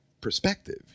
perspective